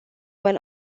when